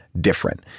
different